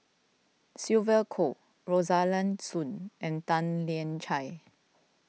Sylvia Kho Rosaline Soon and Tan Lian Chye